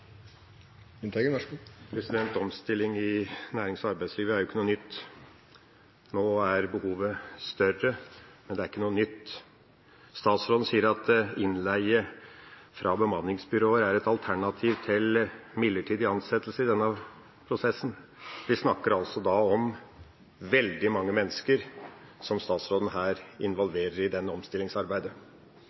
ikke noe nytt. Statsråden sier at innleie fra bemanningsbyråer er et alternativ til midlertidig ansettelse i denne prosessen. Vi snakker altså da om veldig mange mennesker som statsråden her involverer i det omstillingsarbeidet.